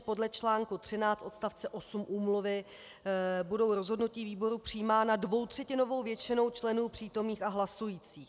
Podle článku XIII odstavce 8 úmluvy budou rozhodnutí výboru přijímána dvoutřetinovou většinou členů přítomných a hlasujících.